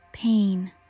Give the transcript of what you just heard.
Pain